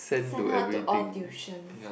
send her to all tuitions